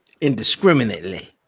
Indiscriminately